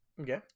okay